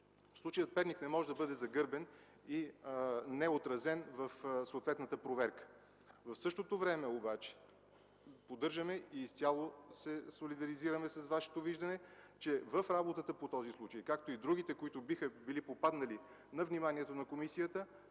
случаят „Перник” не може да бъде загърбен и неотразен в съответната проверка. В същото време обаче поддържаме и изцяло се солидаризираме с виждането Ви, че в работата по този случай, както и другите, които биха били попаднали на вниманието на комисията,